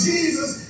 Jesus